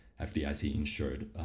FDIC-insured